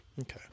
Okay